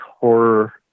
horror